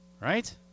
Right